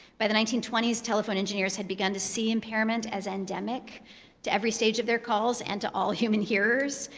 by the nineteen twenty s, telephone engineers had begun to see impairment as endemic to every stage of their calls, and to all human hearers,